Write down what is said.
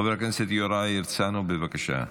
חבר הכנסת יוראי הרצנו, בבקשה.